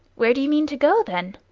where do you mean to go, then?